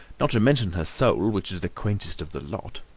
not to mention her soul, which is the quaintest of the lot.